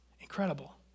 incredible